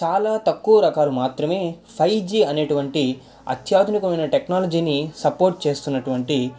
చాలా తక్కువ రకాలు మాత్రమే ఫైవ్ జీ అనేటువంటి అత్యాధునికమైన టెక్నాలజీని సపోర్ట్ చేస్తున్నటువంటి